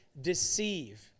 deceive